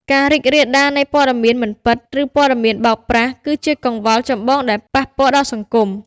ការរីករាលដាលនៃ ព័ត៌មានមិនពិត ឬព័ត៌មានបោកប្រាស់ គឺជាកង្វល់ចម្បងដែលប៉ះពាល់ដល់សង្គម។